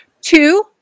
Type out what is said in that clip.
Two